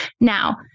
Now